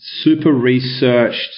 super-researched